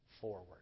forward